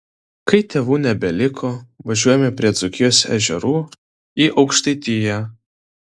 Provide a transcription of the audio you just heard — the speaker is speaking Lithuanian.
kai tėvų nebeliko važiuojame prie dzūkijos ežerų į aukštaitiją